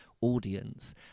audience